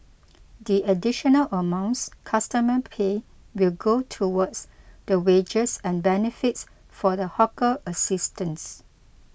the additional amounts customer pay will go towards the wages and benefits for the hawker assistants